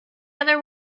other